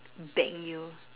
bang you